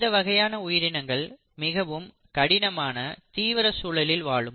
இந்த வகையான உயிரினங்கள் மிகவும் கடினமான தீவிர சூழலில் வாழும்